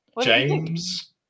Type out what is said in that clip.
James